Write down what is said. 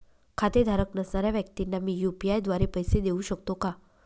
खातेधारक नसणाऱ्या व्यक्तींना मी यू.पी.आय द्वारे पैसे देऊ शकतो का?